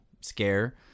scare